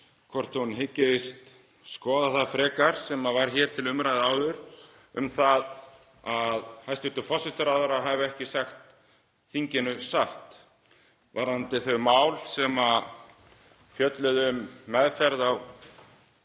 hvort hún hyggist skoða það frekar sem var hér til umræðu áður um það að hæstv. forsætisráðherra hafi ekki sagt þinginu satt varðandi þau mál sem fjölluðu um meðferð á